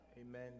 Amen